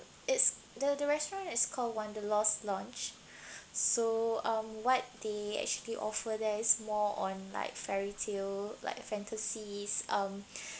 it's the the restaurant is called wanderlost lounge so um what they actually offer there is more on like fairy tale like fantasies um